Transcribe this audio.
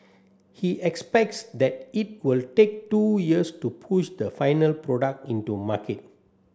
he expects that it will take two years to push the final product into market